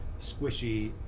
squishy